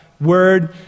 word